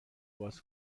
باز